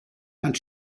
and